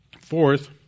Fourth